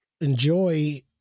enjoy